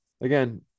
Again